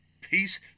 peace